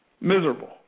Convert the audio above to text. Miserable